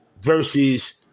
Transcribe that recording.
versus